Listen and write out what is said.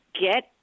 get